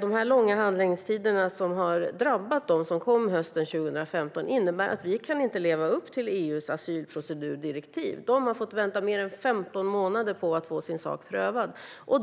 De långa handläggningstider som har drabbat dem som kom hösten 2015 innebär att vi inte kan leva upp till EU:s asylprocedurdirektiv. De har fått vänta i mer än 15 månader på att få sin sak prövad.